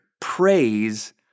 praise